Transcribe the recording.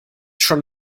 schon